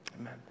Amen